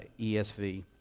ESV